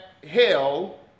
Hell